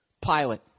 pilot